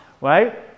right